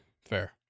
Fair